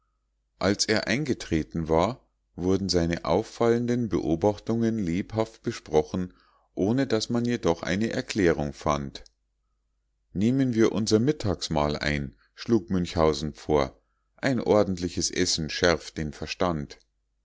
als er eingetreten war wurden seine auffallenden beobachtungen lebhaft besprochen ohne daß man jedoch eine erklärung fand nehmen wir unser mittagsmahl ein schlug münchhausen vor ein ordentliches essen schärft den verstand